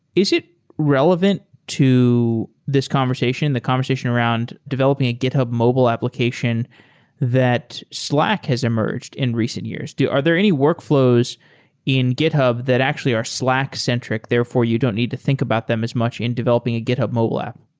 is it relevant to this conversation? the conversation around developing a github mobile application that slack has emerged in recent years? are there any workflows in github that actually are slack-centric therefore, you don't need to think about them as much in developing a github mobile app.